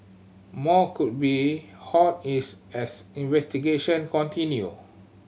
more could be hauled is as investigation continue